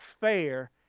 fair